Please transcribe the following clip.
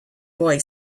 boy